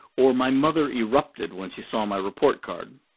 or my mother erupted when she saw my report card.